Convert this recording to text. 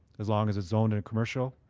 as long as it's zoned and commercial,